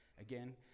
again